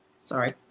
Sorry